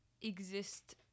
exist